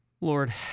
Lord